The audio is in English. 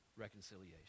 Reconciliation